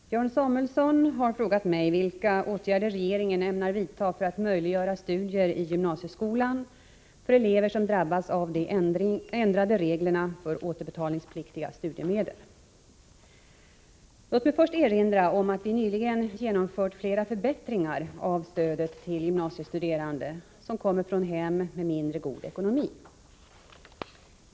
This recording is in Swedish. Herr talman! Björn Samuelson har frågat mig vilka åtgärder regeringen ämnar vidta för att möjliggöra studier i gymnasieskolan för elever som drabbats av de ändrade reglerna för återbetalningspliktiga studiemedel. Låt mig först erinra om att vi nyligen genomfört flera förbättringar av stödet till gymnasiestuderande som kommer från hem med mindre god ekonomi.